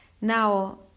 Now